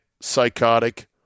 psychotic